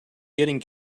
getting